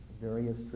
various